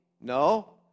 No